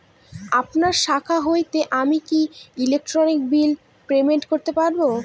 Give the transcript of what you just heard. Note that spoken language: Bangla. আপনার শাখা হইতে আমি কি ইলেকট্রিক বিল পেমেন্ট করতে পারব?